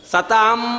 Satam